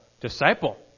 disciple